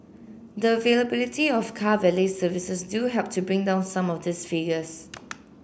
the availability of car valet services do help to bring down some of these figures